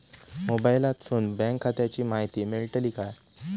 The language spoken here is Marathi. मोबाईलातसून बँक खात्याची माहिती मेळतली काय?